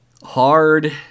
hard